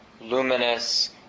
luminous